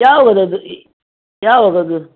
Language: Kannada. ಯಾವುದದು ಯಾವಾಗ ಅದು